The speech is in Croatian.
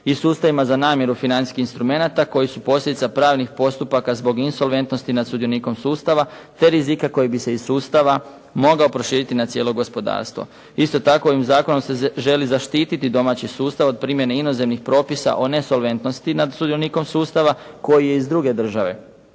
i sustavima za namiru financijskih instrumenata koji su posljedica pravnih postupaka zbog insolventnosti nad sudionikom sustava te rizik koji bi se iz sustava mogao proširiti na cijelo gospodarstvo. Isto tako ovim zakonom se želi zaštiti domaći sustav od primjene inozemnih propisa o nesolventnosti nad sudionikom sustava koji je iz druge države